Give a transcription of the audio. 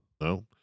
No